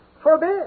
forbid